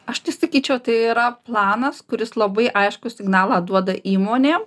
aš tai sakyčiau tai yra planas kuris labai aiškų signalą duoda įmonėm